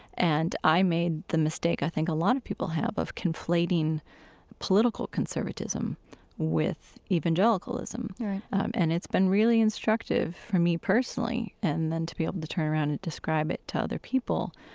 and i made the mistake i think a lot of people have of conflating political conservatism with evangelicalism right and it's been really instructive for me personally, and then to be able to turn around and describe it to other people,